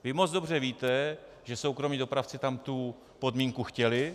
Vy moc dobře víte, že soukromí dopravci tam tu podmínku chtěli.